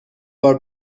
بار